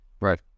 Right